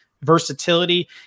Versatility